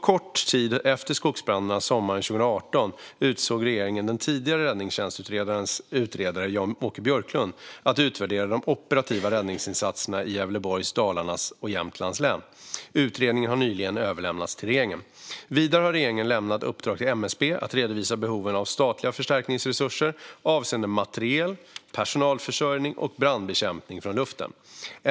Kort tid efter skogsbränderna sommaren 2018 utsåg regeringen den tidigare Räddningstjänstutredningens utredare, Jan-Åke Björklund, att utvärdera de operativa räddningsinsatserna i Gävleborgs, Dalarnas och Jämtlands län. Utredningen har nyligen överlämnats till regeringen. Vidare har regeringen lämnat uppdrag till MSB att redovisa behoven av statliga förstärkningsresurser avseende materiel, personalförsörjning och brandbekämpning från luften.